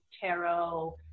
tarot